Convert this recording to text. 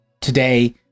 today